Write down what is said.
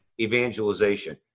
evangelization